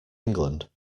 england